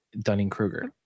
Dunning-Kruger